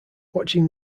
watching